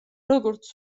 როგორც